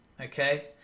Okay